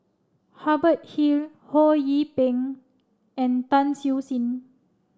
Hubert Hill Ho Yee Ping and Tan Siew Sin